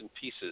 pieces